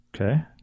Okay